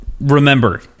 remember